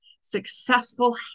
successful